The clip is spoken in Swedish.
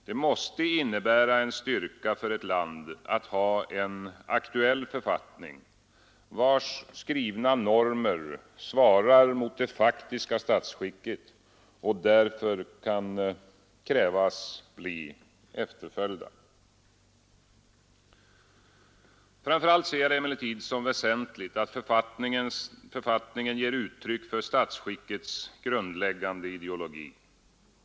Det måste innebära en styrka för ett land att ha en aktuell författning, vars skrivna normer svarar mot det faktiska statsskicket och därför kan krävas bli efterföljda. Framför allt ser jag det emellertid som väsentligt att författningen ger uttryck för statsskickets grundläggande ideologi.